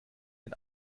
den